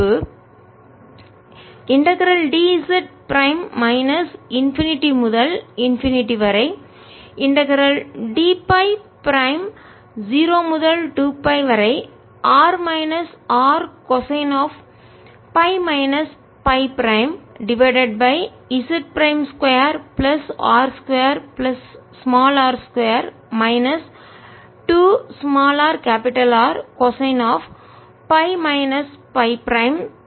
Bin0kz ∞dz02πdϕR rcosϕ ϕz2R2r2 2rRcosϕ 32 எனவே integral dz prime minus infinity முதல் infinity வரை integral dФ prime 0 முதல் 2 pi வரை R minus r cosine of pi minus phi prime divided by z prime 2 plus R 2 plus r 2 minus 2 r R cosine of pi minus phi prime 32